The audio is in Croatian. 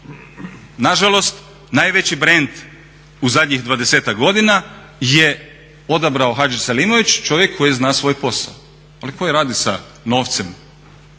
Nažalost, najveći brand u zadnjih 20-ak godina je odabrao Hadžiselimović, čovjek koji zna svoj posao. … koji radi sa novcem,